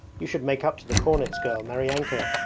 you should make up to the cornet's girl, maryanka.